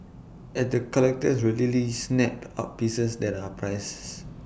and the collectors readily snap up pieces that are prices